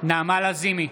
נעמה לזימי,